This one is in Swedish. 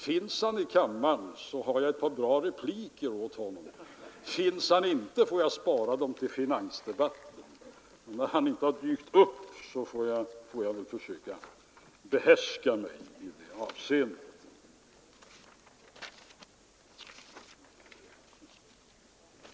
Finns han i kammaren, har jag ett par bra repliker åt honom. Finns han inte i kammaren, får jag spara dem till finansdebatten. Eftersom han inte har dykt upp, får jag försöka behärska mig.